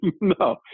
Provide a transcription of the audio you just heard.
no